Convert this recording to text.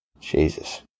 Jesus